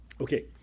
Okay